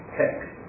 text